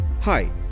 Hi